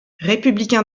républicain